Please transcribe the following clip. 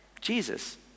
Jesus